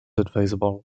advisable